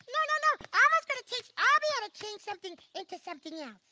no, no, no elmo's going to teach abby how to change something into something yeah